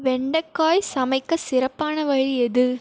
வெண்டைக்காய் சமைக்க சிறப்பான வழி எது